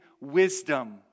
wisdom